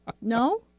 No